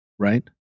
right